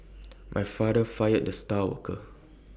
my father fired the star worker